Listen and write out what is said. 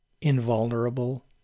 invulnerable